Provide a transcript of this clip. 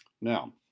Now